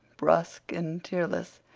brusque and tearless,